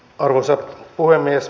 arvoisa puhemies